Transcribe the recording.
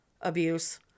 abuse